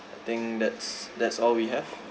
I think that's that's all we have